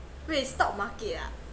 wait stock market ah